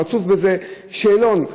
רצוף בזה: שאלון.